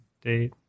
date